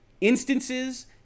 instances